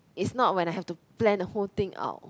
is not when I have to plan the whole thing out